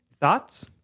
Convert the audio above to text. Thoughts